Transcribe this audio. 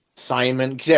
Simon